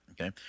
Okay